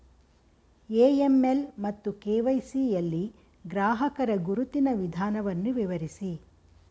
AML ಮತ್ತು KYC ಯಲ್ಲಿ ಗ್ರಾಹಕರ ಗುರುತಿನ ವಿಧಾನವನ್ನು ವಿವರಿಸಿ?